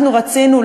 אנחנו רצינו,